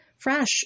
fresh